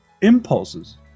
impulses